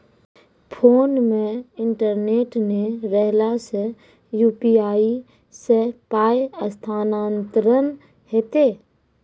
Phone मे internet नै रहला सॅ, यु.पी.आई सॅ पाय स्थानांतरण हेतै?